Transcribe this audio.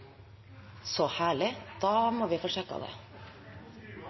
så må vi